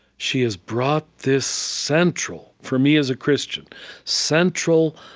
she has brought this central for me, as a christian central,